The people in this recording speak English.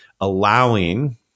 allowing